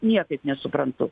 niekaip nesuprantu